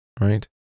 right